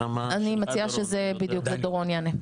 אני מציעה שדורון יענה.